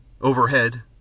Overhead